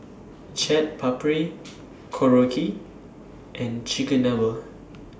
Chaat Papri Korokke and Chigenabe